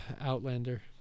Outlander